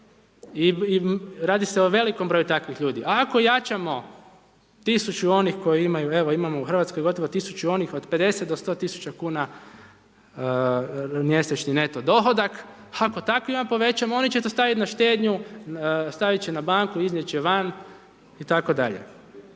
i radi se o velikom broju takvih ljudi. Ako jačamo tisuću onih, evo imamo u Hrvatskoj gotovo tisuću onih od 50 do 100 tisuća kuna mjesečni neto dohodak, ako takvima povećamo, oni će to staviti na štednju, staviti će na banku, iznijet će van itd.